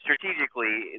strategically